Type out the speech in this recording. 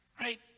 Right